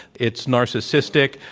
it's narcissistic.